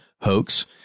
hoax